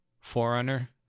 forerunner